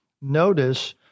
Notice